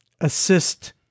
assist